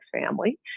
family